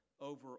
over